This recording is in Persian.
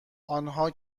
آنها